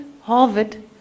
Harvard